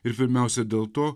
ir pirmiausia dėl to